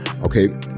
okay